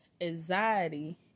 anxiety